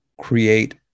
create